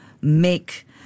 make